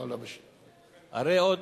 הרי עוד